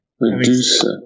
Medusa